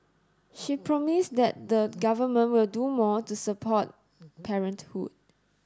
she promised that the government will do more to support parenthood